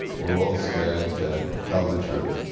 we're all scared to tell the truth.